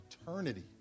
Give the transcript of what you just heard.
eternity